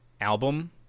album